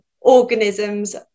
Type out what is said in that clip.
organisms